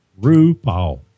RuPaul